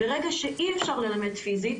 ברגע שאי-אפשר ללמד פיזית,